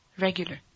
regular